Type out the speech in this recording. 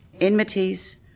enmities